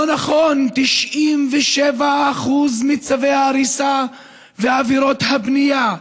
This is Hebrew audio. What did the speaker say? לא נכון, 97% מצווי ההריסה בעבירות הבנייה,